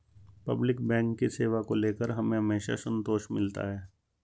public bank की सेवा को लेकर हमें हमेशा संतोष मिलता है